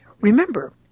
remember